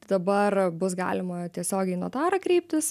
tai dabar bus galima tiesiogiai į notarą kreiptis